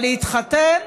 אבל להתחתן?